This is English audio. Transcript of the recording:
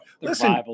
Listen